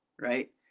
right